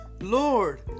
Lord